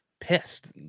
pissed